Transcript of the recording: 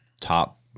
top